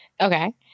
Okay